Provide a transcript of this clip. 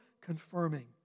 confirming